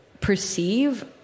perceive